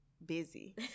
Busy